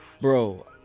bro